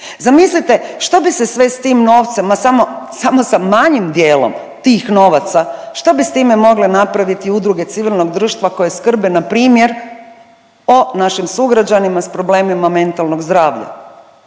Zamislite što bi se sve sa tim novcem, ma samo sa manjim dijelom tih novaca? Šta bi s time mogle napraviti i udruge civilnog društva koje skrbe na primjer o našim sugrađanima s problemima mentalnog zdravlja,